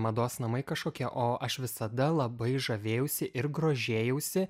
mados namai kažkokie o aš visada labai žavėjausi ir grožėjausi